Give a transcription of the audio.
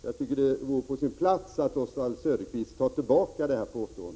Jag tycker att det vore på sin plats, Oswald Söderqvist, att ta tillbaka det påståendet.